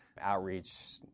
outreach